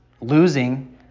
losing